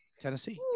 tennessee